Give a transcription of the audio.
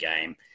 game